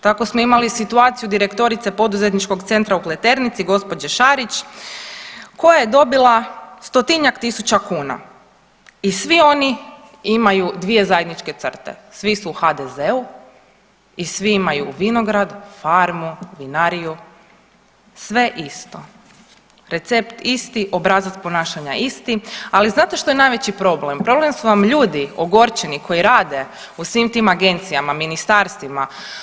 Tako smo imali situaciju direktorice poduzetničkog centra u Pleternici gđe. Šarić koja je dobila 100-tinjak tisuća kuna i svi oni imaju dvije zajedničke crte, svi su u HDZ-u i svi imaju vinograd, farmu, vinariju, sve isto, recept isti, obrazac ponašanja isti, ali znate što je najveći problem, problem su vam ljudi ogorčeni koji rade u svim tim agencijama, ministarstvima.